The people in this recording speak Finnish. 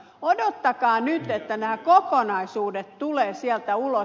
odottakaa nyt että nämä kokonaisuudet tulevat sieltä ulos